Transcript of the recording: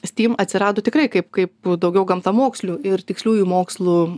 steam atsirado tikrai kaip kaip daugiau gamtamokslinių ir tiksliųjų mokslų